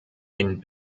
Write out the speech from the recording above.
den